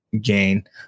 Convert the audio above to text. gain